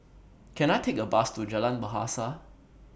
Can I Take A Bus to Jalan Bahasa